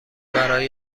برای